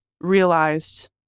realized